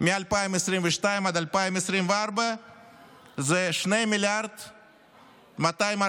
מ-2022 עד 2024 זה 2.24 מיליארד שקלים,